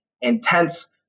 intense